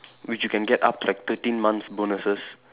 which you can get up to like thirteen months' bonuses